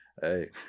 Hey